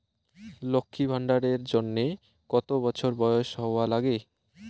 লক্ষী ভান্ডার এর জন্যে কতো বছর বয়স হওয়া লাগে?